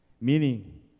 Meaning